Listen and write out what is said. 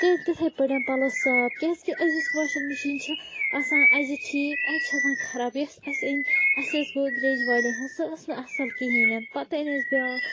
کٔر تِتھے پٲٹھۍ پَلَو صاف کیازکہِ أزِچ واشِنٛگ مِشیٖن چھِ آسان اَجہِ ٹھیک اَجہِ چھِ آسان خَراب یۄس اَسہِ أنۍ اَسہِ ٲسۍ گودریج والٮ۪ن ہِنٛز سۄ ٲسۍ نہِ اَصٕل کہیٖنۍ پَتہِ أنۍ اَسہِ بیٛاکھ